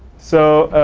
so,